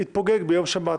יתפוגג ביום שבת.